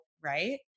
right